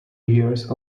years